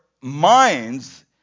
minds